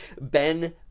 Ben